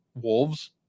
wolves